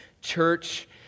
church